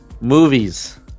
movies